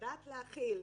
לדעת להכיל.